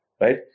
right